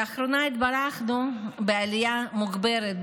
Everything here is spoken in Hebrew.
לאחרונה התברכנו בעלייה מוגברת,